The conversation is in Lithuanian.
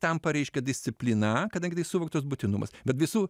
tampa reiškia disciplina kadangi tai suvoktas būtinumas bet visų